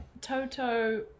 Toto